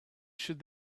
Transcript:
should